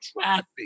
traffic